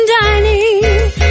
dining